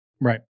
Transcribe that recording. right